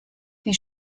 die